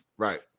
Right